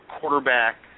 quarterback